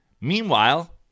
Meanwhile